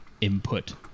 input